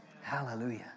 Hallelujah